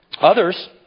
Others